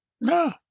No